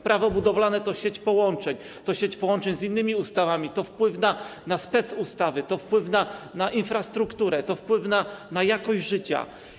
Prawo budowlane to sieć połączeń, to sieć połączeń z innymi ustawami, to wpływ na specustawy, to wpływ na infrastrukturę, to wpływ na jakość życia.